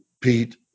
Pete